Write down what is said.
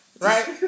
Right